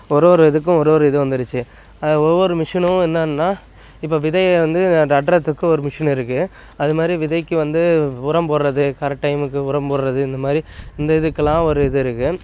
ஒரு ஒரு இதுக்கும் ஒரு ஒரு இது வந்துருச்சு அது ஒவ்வொரு மிஷினும் என்னான்னா இப்போ விதையை வந்து நடுறத்துக்கு ஒரு மிஷின் இருக்கு அது மாரி விதைக்கு வந்து உரம் போடுறது கரெக்ட் டைமுக்கு உரம் போடுறது இந்த மாதிரி இந்த இதுக்கெல்லாம் ஒரு இது இருக்கு